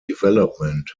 development